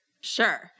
Sure